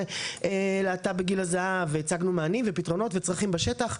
אוכלוסיית הלהט"ב הגיל הזהב והצענו את המענים והפתרונות והצרכים בשטח.